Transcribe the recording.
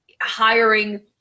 Hiring